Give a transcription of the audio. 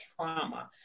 trauma